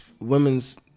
women's